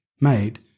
made